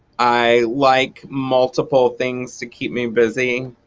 i like multiple things to keep me busy.